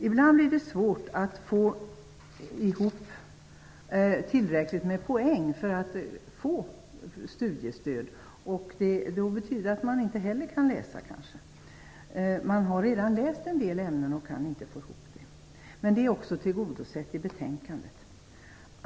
Ibland blir det svårt att få ihop tillräckligt många poäng för att få studiestöd, och också det kan leda till att personer inte kan studera. Det kan även gälla i fall där man redan har läst en del ämnen. Dessa frågeställningar är dock tillgodosedda i betänkandet.